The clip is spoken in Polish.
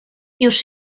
już